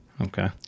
Okay